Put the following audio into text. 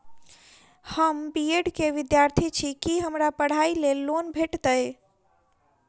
हम B Ed केँ विद्यार्थी छी, की हमरा पढ़ाई लेल लोन भेटतय?